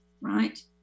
right